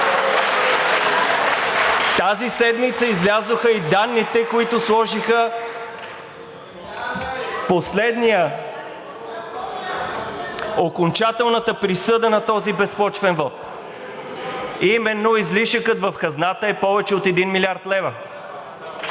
Тази седмица излязоха и данните, които сложиха окончателната присъда на този безпочвен вот, а именно – излишъкът в хазната е повече от 1 млрд. лв.